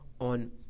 on